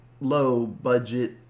low-budget